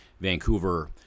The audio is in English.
Vancouver